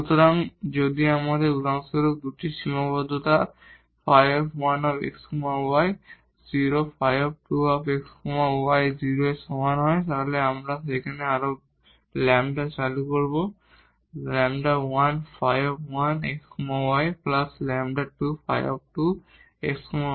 সুতরাং যদি আমাদের উদাহরণস্বরূপ দুটি সীমাবদ্ধতা ϕ1 x y 0 ϕ2 x y 0 এর সমান হয় তবে আমরা সেখানে আরো ল্যাম্বডা চালু করব λ1 ϕ1 x y λ2 ϕ2 x y